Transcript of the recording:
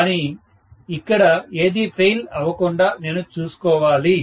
కానీ ఇక్కడ ఏదీ ఫెయిల్ అవ్వకుండా నేను చూసుకోవాలి